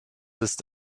ist